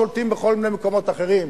שולטים בכל מיני מקומות אחרים.